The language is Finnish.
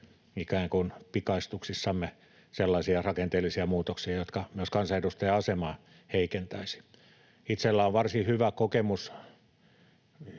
ikään kuin pikaistuksissamme sellaisia rakenteellisia muutoksia, jotka myös kansanedustajan asemaa heikentäisivät. Itselläni on varsin hyvä kokemus